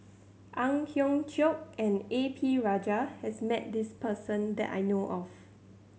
Ang Hiong Chiok and A P Rajah has met this person that I know of